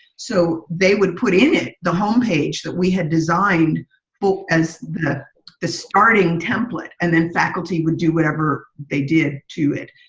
so they would put in it, the home page that we had designed both as the the starting template and then the faculty would do whatever they did to it.